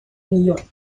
нее